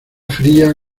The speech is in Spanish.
fría